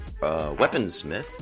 weaponsmith